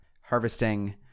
harvesting